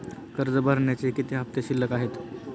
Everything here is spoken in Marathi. कर्ज भरण्याचे किती हफ्ते शिल्लक आहेत?